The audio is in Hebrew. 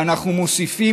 ואנחנו מוסיפים,